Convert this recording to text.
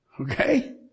Okay